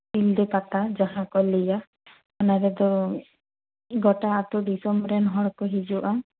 ᱥᱤᱞᱫᱟᱹ ᱯᱟᱛᱟ ᱡᱟᱦᱟᱸ ᱠᱚ ᱞᱟᱹᱭᱟ ᱚᱱᱟ ᱨᱮᱫᱚ ᱜᱚᱴᱟ ᱟᱹᱛᱩ ᱫᱤᱥᱚᱢ ᱨᱮᱱ ᱦᱚᱲ ᱠᱚ ᱦᱤᱡᱩᱜᱼᱟ